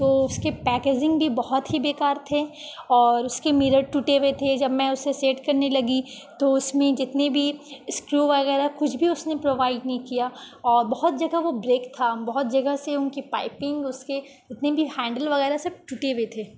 تو اس کے پیکیجنگ بھی بہت ہی بیکار تھے اور اس کے مرر ٹوٹے ہوئے تھے جب میں اسے سیٹ کرنے لگی تو اس میں جتنے بھی اسکرو وغیرہ کچھ بھی اس نے پرووائڈ نہیں کیا اور بہت جگہ وہ بریک تھا بہت جگہ سے ان کی پائپنگ اس کے جتنے بھی ہینڈل وغیرہ سب ٹوٹے ہوئے تھے